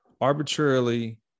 arbitrarily